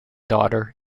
daughter